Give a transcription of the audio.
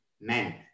men